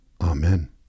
Amen